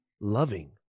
loving